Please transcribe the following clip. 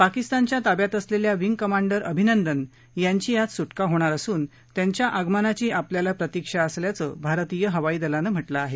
पाकिस्तानच्या ताब्यात असलेल्या विंग कमांडर अभिनंदन यांची आज सुटका होणार असून त्यांच्या आगमनाची आपल्याला प्रतिक्षा असल्याचं भारतीय हवाई दलानं म्हटलं आहे